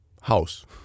house